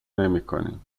نمیکنیم